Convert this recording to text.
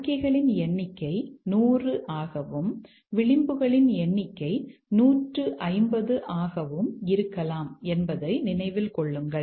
அறிக்கைகளின் எண்ணிக்கை 100 ஆகவும் விளிம்புகளின் எண்ணிக்கை 150 ஆகவும் இருக்கலாம் என்பதை நினைவில் கொள்ளுங்கள்